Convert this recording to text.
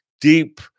deep